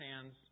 hands